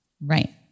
Right